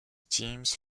teams